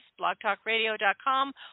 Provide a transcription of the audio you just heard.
blogtalkradio.com